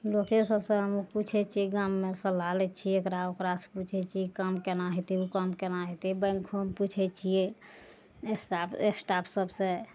लोके सबसे हम पुछै छियै गाममे सलाह लै छियै एकरा ओकरा सऽ पुछै छियै काम केना हेतै ओ काम केना हेतै बैंको मे पुछै छियै स्टाफ स्टाफ सबसे